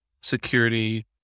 security